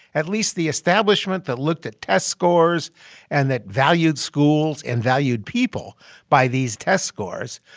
at least the establishment that looked at test scores and that valued schools and valued people by these test scores,